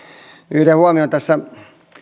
yhden huomion tässä